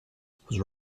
was